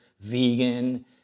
vegan